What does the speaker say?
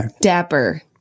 Dapper